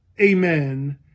Amen